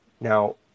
Now